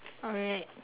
alright